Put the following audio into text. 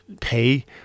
pay